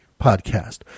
podcast